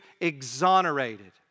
exonerated